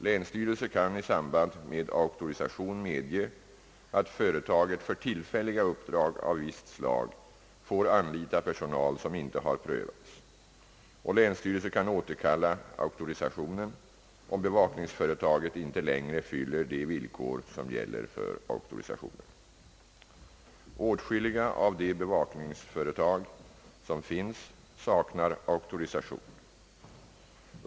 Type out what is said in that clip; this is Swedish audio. Länsstyrelse kan i samband med auktorisation medge att företaget för tillfälliga uppdrag av visst slag får anlita personal som inte har prövats. Länsstyrelse kan återkalla auktorisationen om bevakningsföretaget inte längre fyller de villkor som gäller för auktorisationen. Åtskilliga av de bevakningsföretag som finns saknar auktorisation.